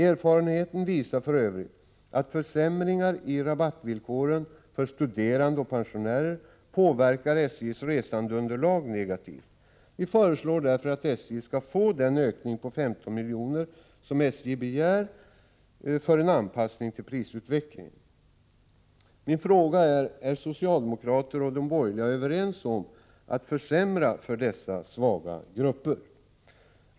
Erfarenheten visar att försämringar i rabattvillkoren för studerande och pensionärer påverkar SJ:s resandeunderlag negativt. Vi föreslår därför att SJ skall få den ökning med 15 milj.kr. som SJ begär för en anpassning till prisutvecklingen. Min fråga är nu: Är socialdemokraterna och de borgerliga överens om att försämra för dessa svaga grupper?